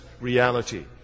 reality